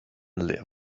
lived